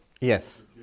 Yes